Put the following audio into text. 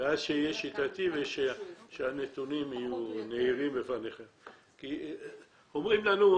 שיהיה שיטתי ושהנתונים יהיו נהירים בפניכם כי אומרים לנו,